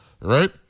right